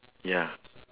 ya